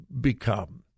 become